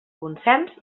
consens